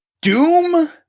Doom